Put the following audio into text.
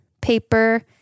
paper